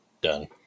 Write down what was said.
Done